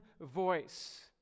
voice